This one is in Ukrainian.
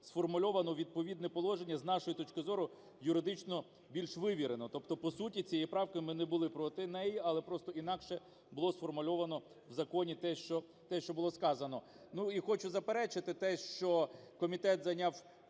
сформульовано відповідне положення, з нашої точки зору, юридично більш вивірено. Тобто по суті цієї правки, ми не були проти неї, але просто інакше було сформульовано в законі те, що було сказано. Ну, і хочу заперечити те, що комітет зайняв